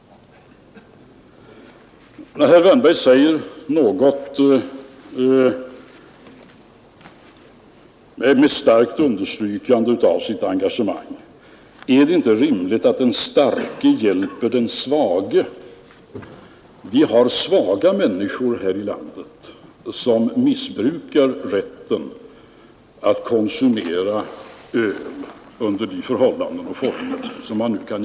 Herr Wärnberg säger också med starkt understrykande av sitt engagemang: Är det inte rimligt att den starke hjälper den svage? Det finns svaga människor i vårt land, som missbrukar rätten att konsumera mellanöl under de förhållanden och former detta nu är tillåtet.